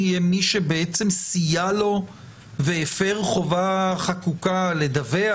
יהיה מי שבעצם סייע לו והפר חובה חקוקה לדווח,